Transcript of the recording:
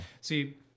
See